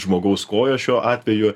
žmogaus kojos šiuo atveju